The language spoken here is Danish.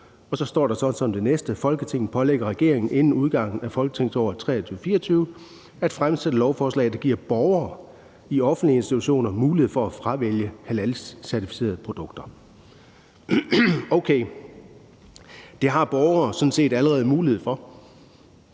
så står der så som det næste: »Folketinget pålægger regeringen inden udgangen af folketingsåret 2023-24 at fremsætte lovforslag, der giver borgere i offentlige institutioner mulighed for at fravælge halalcertificerede produkter.« Okay. Det har borgere sådan set allerede mulighed for.